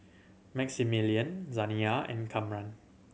Maximillian Zaniyah and Kamron